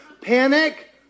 panic